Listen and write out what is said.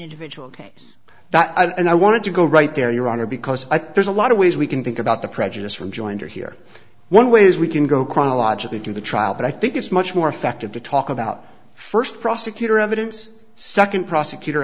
individual case that and i wanted to go right there your honor because i think there's a lot of ways we can think about the prejudice from joinder here one way is we can go chronologically through the trial but i think it's much more effective to talk about first prosecutor evidence second prosecutor